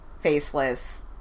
faceless